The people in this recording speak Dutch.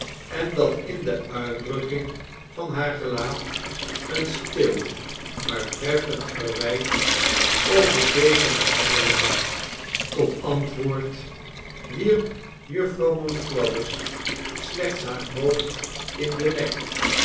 en dat in de uitdrukking van haar gelaat een stil maartreffend verwijt over deze mishandeling lag tot antwoord wierp jufvrouw monflathers slechts haar hoofd in den nek